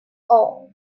all